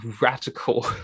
radical